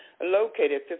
located